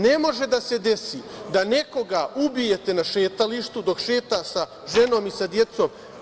Ne može da se desi da nekoga ubijete na šetalištu dok šeta sa ženom i sa decom.